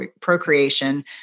procreation